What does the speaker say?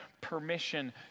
permission